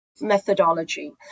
methodology